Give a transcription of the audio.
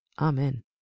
Amen